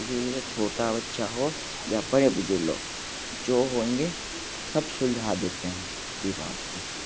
इसी लिए छोटा बच्चा हो या बड़े बुज़ुर्ग लोग जो होंगे सब सुलझा देते हैं ये बात को